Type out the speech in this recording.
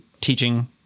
teaching